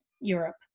Europe